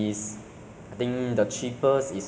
maybe laptops to be